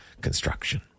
Construction